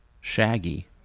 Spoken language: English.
Shaggy